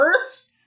Earth